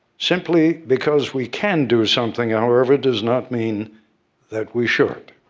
simply because we can do something, however, does not mean that we should.